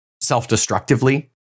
self-destructively